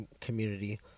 community